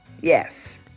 Yes